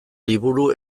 liburu